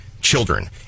children